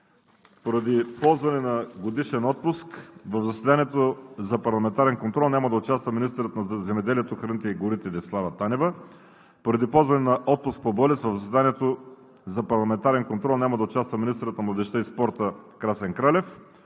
Поради ползване на годишен отпуск в заседанието за парламентарен контрол няма да участва министърът на земеделието, храните и горите Десислава Танева. Поради ползване на отпуск по болест в заседанието за парламентарен контрол няма да участва министърът на младежта и спорта Красен Кралев.